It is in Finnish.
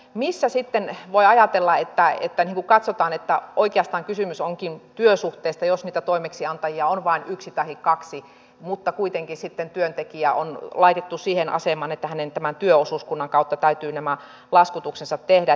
missä sitten voi ajatella ja katsoa että oikeastaan kysymys onkin työsuhteesta jos niitä toimeksiantajia on vain yksi tahi kaksi mutta kuitenkin sitten työntekijä on laitettu siihen asemaan että hänen tämän työosuuskunnan kautta täytyy nämä laskutuksensa tehdä